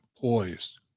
poised